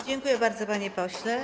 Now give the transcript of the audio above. Dziękuję bardzo, panie pośle.